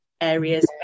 areas